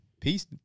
Peace